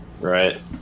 right